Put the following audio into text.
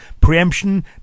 preemption